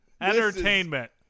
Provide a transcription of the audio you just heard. Entertainment